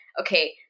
okay